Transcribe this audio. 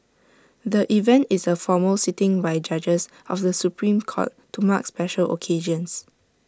the event is A formal sitting by judges of the Supreme court to mark special occasions